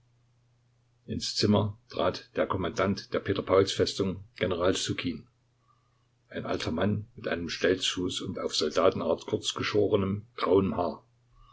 ins zimmer trat der kommandant der peter pauls festung general ssukin ein alter mann mit einem stelzfuß und auf soldatenart kurz geschorenem